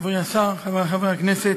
חברי השר, חברי חברי הכנסת,